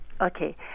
Okay